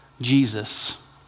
Jesus